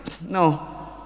No